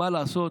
מה לעשות,